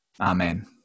Amen